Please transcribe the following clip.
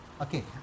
Okay